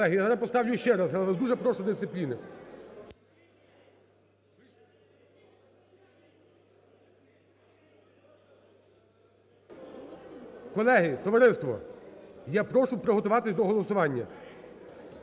Колеги, я зараз поставлю ще раз, але я вас дуже прошу дисципліни. Колеги, товариство, я прошу приготуватись до голосування.